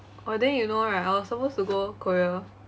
oh then you know right I was supposed to go korea